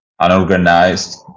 unorganized